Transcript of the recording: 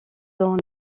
dans